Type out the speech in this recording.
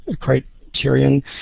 criterion